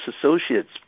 associates